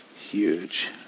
huge